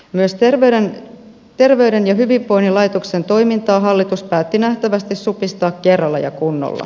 myös terveyden ja hyvinvoinnin laitoksen toimintaa hallitus päätti nähtävästi supistaa kerralla ja kunnolla